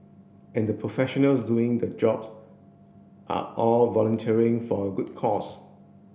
and the professionals doing the jobs are all volunteering for a good cause